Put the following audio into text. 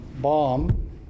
bomb